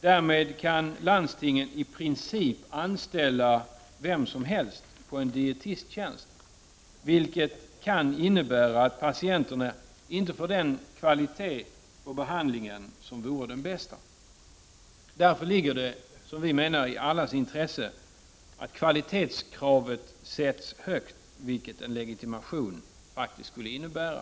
Därmed kan landstingen i princip anställa vem som helst på en dietisttjänst, vilket kan innebära att patienterna inte får den kvalitet på be handlingen som vore den bästa. Därför ligger det i allas intresse att kvalitetskravet sätts högt, vilket en legitimation skulle innebära.